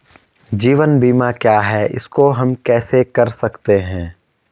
जीवन बीमा क्या है इसको हम कैसे कर सकते हैं?